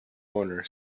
owner